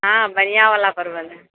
हँ बढिआँ वाला परवल है